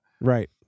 Right